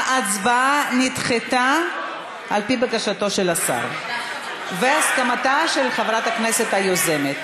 ההצבעה נדחתה על-פי בקשתו של השר והסכמתה של חברת הכנסת היוזמת.